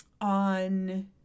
on